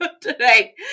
today